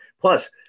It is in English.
Plus